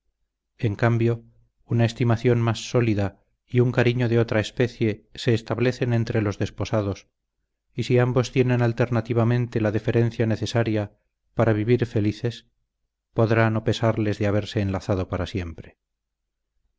en cambio una estimación más sólida y un cariño de otra especie se establecen entre los desposados y si ambos tienen alternativamente la deferencia necesaria para vivir felices podrá no pesarles de haberse enlazado para siempre